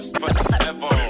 forever